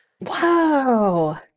Wow